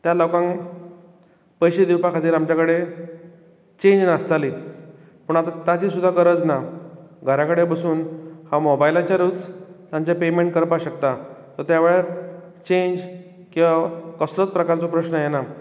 त्या लोकांक पयशे दिवपा खातीर आमच्या कडेन चेंज नासताली पूण आतां ताजी सुद्दां गरज ना घरा कडेन बसून हांव मोबायलाचेरूच तांचें पेयमेंट करपाक शकतां सो त्यावेळार चेंज किंवा कसल्याच प्रकारचो प्रश्न येना